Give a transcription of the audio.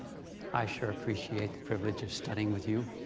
i sure appreciate the privilege of studying with you.